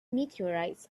meteorites